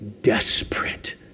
desperate